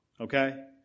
Okay